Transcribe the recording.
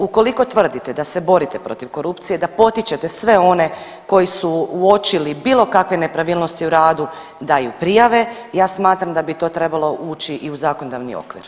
Ukoliko tvrdite da se borite protiv korupcije, da potičete sve one koji su uočili bilo kakve nepravilnosti u radu daju prijave, ja smatram da bi to trebalo ući i u zakonodavni okvir.